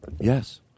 Yes